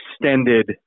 extended